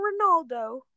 Ronaldo